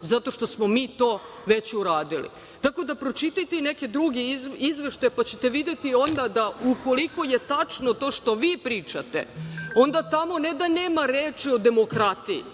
zato što smo mi to već uradili. Tako da pročitajte i neke druge izveštaje, pa ćete videti onda da ukoliko je tačno to što vi pričate, onda tamo ne da nema reči o demokratiji,